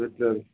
अच्छा